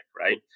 right